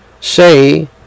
say